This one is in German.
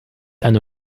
eine